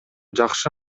жакшы